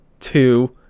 two